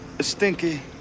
stinky